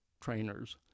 trainers